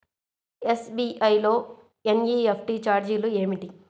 SBI లో NEFT ఛార్జీలు ఏమిటి?